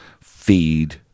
feed